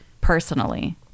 personally